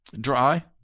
dry